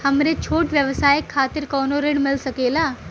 हमरे छोट व्यवसाय खातिर कौनो ऋण मिल सकेला?